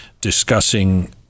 discussing